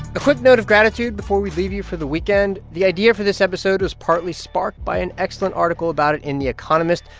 a quick note of gratitude before we leave you for the weekend. the idea for this episode was partly sparked by an excellent article about it in the economist.